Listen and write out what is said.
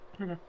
Okay